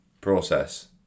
Process